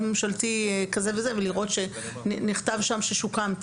ממשלתי זה וזה ולראות שנכתב שם שהוא שוקם,